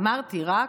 אמרתי, "רק?"